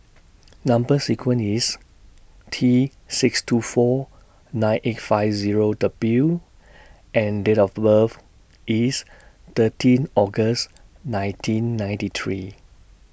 Number sequence IS T six two four nine eight five Zero W and Date of birth IS thirteen August nineteen ninety three